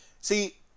See